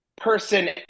Person